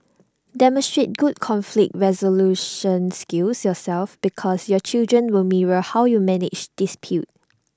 demonstrate good conflict resolution skills yourself because your children will mirror how you manage dispute